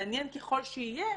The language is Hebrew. מעניין ככל שיהיה,